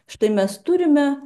štai mes turime